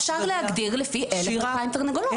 אפשר להגדיר לפי 2,000-1,00 תרנגולות.